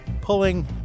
pulling